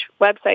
website